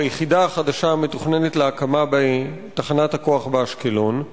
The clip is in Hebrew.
או היחידה החדשה המתוכננת להקמה בתחנת הכוח באשקלון,